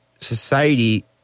society